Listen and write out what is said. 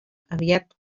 aviat